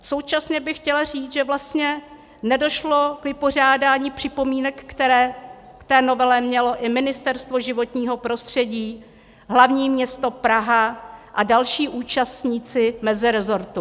Současně bych chtěla říct, že vlastně nedošlo k vypořádání připomínek, které k té novele mělo i Ministerstvo životního prostředí, Hlavní město Praha a další účastníci mezirezortu.